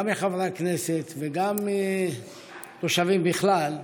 גם מחברי הכנסת וגם מתושבים בכלל,